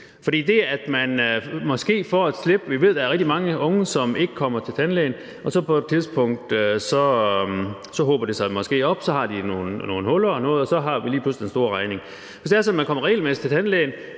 får et tidsmæssigt slip. Vi ved, at der er rigtig mange unge, der ikke kommer til tandlæge, og på et tidspunkt hober det sig måske op, og så har de nogle huller i tænderne eller andet, og så har de lige pludselig den store regning. Hvis det er sådan, at man kommer regelmæssigt til tandlæge